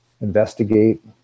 investigate